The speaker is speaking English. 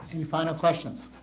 you final questions